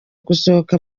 gusohoka